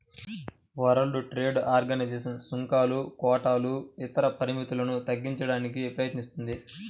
world trade organisation సుంకాలు, కోటాలు ఇతర పరిమితులను తగ్గించడానికి ప్రయత్నిస్తుంది